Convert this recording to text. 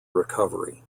recovery